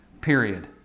period